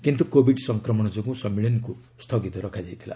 କିନ୍ତୁ କୋଭିଡ୍ ସଂକ୍ରମଣ ଯୋଗୁଁ ସମ୍ମିଳନୀକୁ ସ୍ଥଗିତ ରଖାଯାଇଥିଲା